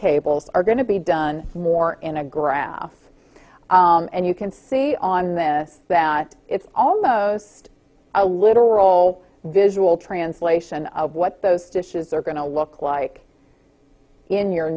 cables are going to be done more in a graph and you can see on that it's almost a literal visual translation of what those dishes are going to look like in your